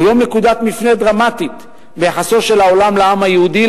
הוא נקודת מפנה דרמטית ביחסו של העולם לעם היהודי,